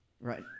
Right